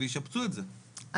וישפצו את זה,